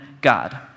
God